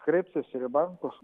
kreipsiuos ir į bankus